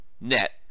net